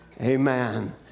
Amen